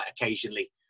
occasionally